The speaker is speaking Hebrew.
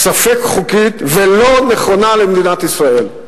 ספק חוקית ולא נכונה למדינת ישראל.